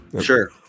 Sure